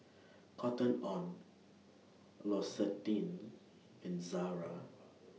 Cotton on L'Occitane and Zara